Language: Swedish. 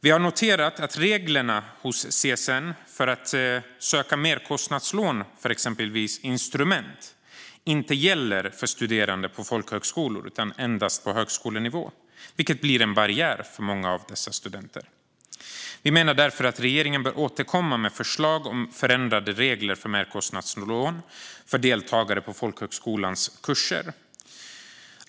Vi har noterat att reglerna för att söka merkostnadslån hos CSN för exempelvis instrument inte omfattar studerande på folkhögskolor utan endast på högskolenivå, vilket blir en barriär för många av dessa studenter. Vi menar därför att regeringen bör återkomma med förslag om förändrade regler för merkostnadslån.